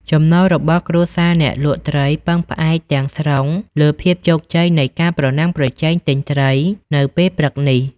ចំណូល របស់គ្រួសារអ្នកលក់ត្រីពឹងផ្អែកទាំងស្រុងលើភាពជោគជ័យនៃការប្រណាំងប្រជែងទិញត្រីនៅពេលព្រឹកនេះ។